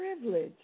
privilege